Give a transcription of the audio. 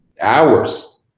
hours